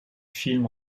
film